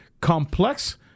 complex